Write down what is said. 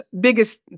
biggest